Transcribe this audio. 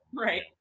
Right